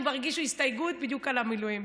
הם כבר הגישו הסתייגות בדיוק על המילואים.